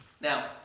Now